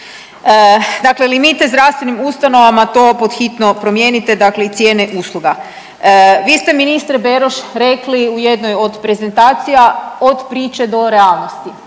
Dakle, limite zdravstvenim ustanovama to pod hitno promijenite, dakle i cijene usluga. Vi ste ministre Beroš rekli u jednoj od prezentacija od priče do realnosti.